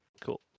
Cool